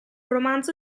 romanzo